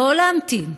לא להמתין.